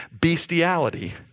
Bestiality